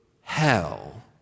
hell